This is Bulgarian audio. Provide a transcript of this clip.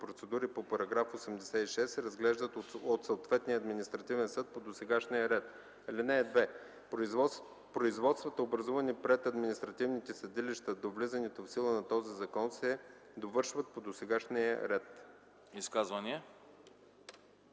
процедури по § 86 се разглеждат от съответния административен съд по досегашния ред. (2) Производствата, образувани пред административните съдилища до влизането в сила на този закон, се довършват по досегашния ред.”